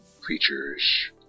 creatures